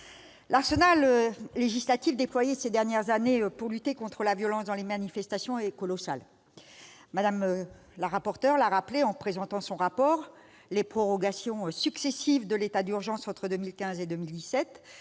l'arsenal législatif déployé ces dernières années pour lutter contre la violence dans les manifestations est colossal. Mme Troendlé l'a rappelé en présentant son rapport : les prorogations successives de l'état d'urgence entre 2015 et 2017